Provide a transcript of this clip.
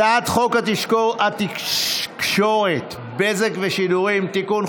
הצעת חוק התקשורת (בזק ושידורים) (תיקון,